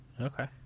Okay